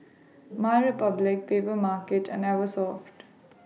My Republic Papermarket and Eversoft